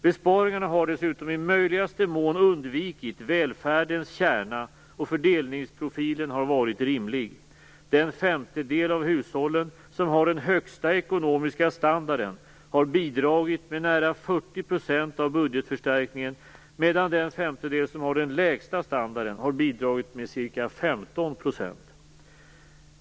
Besparingarna har dessutom i möjligaste mån undvikit välfärdens kärna, och fördelningsprofilen har varit rimlig; den femtedel av hushållen som har den högsta ekonomiska standarden har bidragit med nära 40 % av budgetförstärkningen, medan den femtedel som har den lägsta standarden har bidragit med ca 15 %.